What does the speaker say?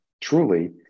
truly